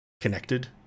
Connected